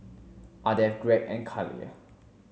Ardeth Gregg and Khalil